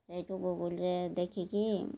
ସେଇଠୁ ଗୁଗୁଲ୍ରେ ଦେଖିକି